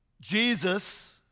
Jesus